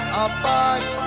apart